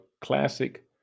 classic